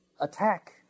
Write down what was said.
attack